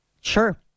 Sure